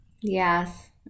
Yes